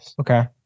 okay